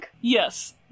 Yes